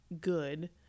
good